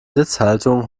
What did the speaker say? sitzhaltung